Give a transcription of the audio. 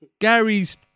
Gary's